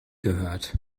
gehört